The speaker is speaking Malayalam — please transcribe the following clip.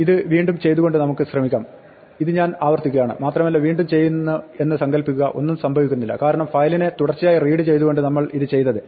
ഇത് വീണ്ടും ചെയ്തുകൊണ്ട് നമുക്ക് ശ്രമിക്കാം ഇത് ഞാൻ ആവർത്തിക്കുകയാണ് മാത്രമല്ല വീണ്ടും ചെയ്യുന്നു എന്ന് സങ്കല്പിക്കുക ഒന്നും സംഭവിക്കുന്നില്ല കാരണം ഫയലിനെ തുടർച്ചയായി റീഡ് ചെയ്തുകൊണ്ടാണ് നമ്മൾ ഇത് ചെയ്തത്